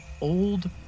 old